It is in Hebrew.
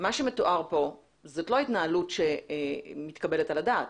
מה שמתואר כאן זאת לא התנהלות שמתקבלת על הדעת.